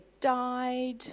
died